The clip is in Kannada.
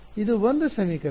ಇದು ಒಂದು ಸಮೀಕರಣ